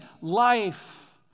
life